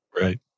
Right